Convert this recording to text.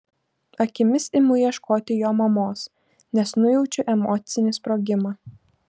akimis imu ieškoti jo mamos nes nujaučiu emocinį sprogimą